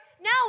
now